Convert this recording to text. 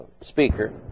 Speaker